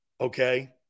Okay